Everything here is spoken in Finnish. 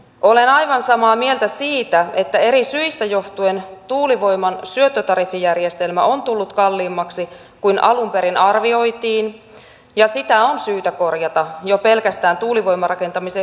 olen aivan samaa mieltä siitä että eri syistä johtuen tuulivoiman syöttötariffijärjestelmä on tullut kalliimmaksi kuin alun perin arvioitiin ja sitä on syytä korjata jo pelkästään tuulivoimarakentamisen hyväksyttävyyden kannalta